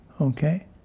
Okay